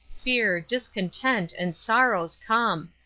fear, discontent, and sorrows come.